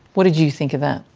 what did you think of that?